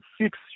six